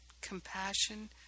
compassion